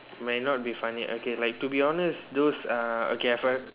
may not be funny okay like to be honest those uh okay I find